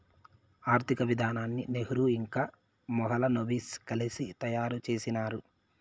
ఆర్థిక విధానాన్ని నెహ్రూ ఇంకా మహాలనోబిస్ కలిసి తయారు చేసినారు